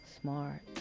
smart